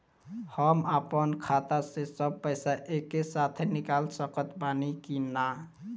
हम आपन खाता से सब पैसा एके साथे निकाल सकत बानी की ना?